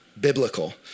biblical